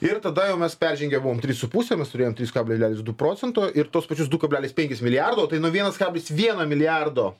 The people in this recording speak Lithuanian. ir tada jau mes peržengę buvom tris su puse mes turėjom tris kablelis du procento ir tuos pačius du kablelis penkis milijardo tai nuo vienas kablis vieno milijardo